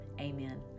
amen